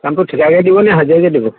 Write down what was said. কামটো ঠিকাকৈ দিব নে হাজিৰাকৈ দিব